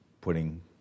putting